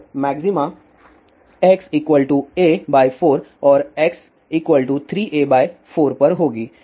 और maxima x a4 और x 3a4 पर होगी